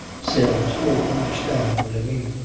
sailors will understand what i mean.